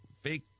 fake